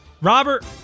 Robert